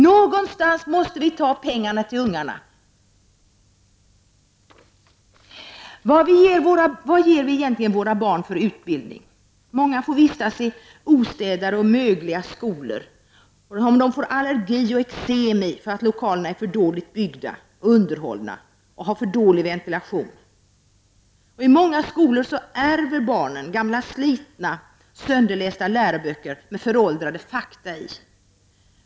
Någonstans måste vi ju ta pengarna till ungarna. Vad ger vi våra barn för utbildning? Många får vistas i ostädade, mögliga skolor som de får allergi och eksem i därför att lokalerna är dåligt byggda och underhållna och har dålig ventilation. I många skolor ärver barn gamla, slitna, sönderlästa läroböcker med föråldrade fakta i.